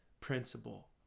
principle